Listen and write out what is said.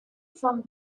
from